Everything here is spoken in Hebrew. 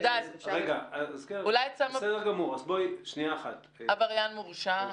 לדעת אם הוא לא עבריין מורשע,